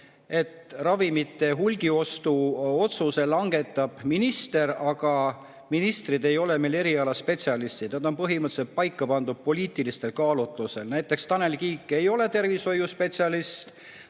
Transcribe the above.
et ravimite hulgiostu otsuse langetab minister, aga ministrid ei ole meil erialaspetsialistid, nad on põhimõtteliselt paika pandud poliitilistel kaalutlustel. Näiteks Tanel Kiik ei ole tervishoiuspetsialist,